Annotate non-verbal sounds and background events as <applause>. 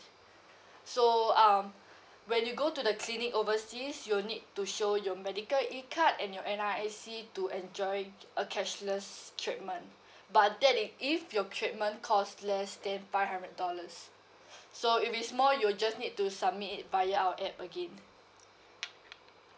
so um when you go to the clinic overseas you'll need to show your medical e card and your N_R_I_C to enjoy a cashless treatment <breath> but that it if your treatment cost less than five hundred dollars so if it's more you'll just need to submit it via our app again